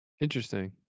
Interesting